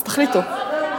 אז תחליטו.